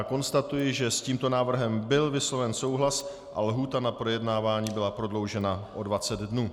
Konstatuji, že s tímto návrhem byl vysloven souhlas a lhůta na projednávání byla prodloužena o 20 dnů.